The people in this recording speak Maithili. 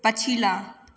पछिला